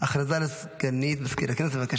הודעה לסגנית מזכיר הכנסת, בבקשה.